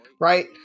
Right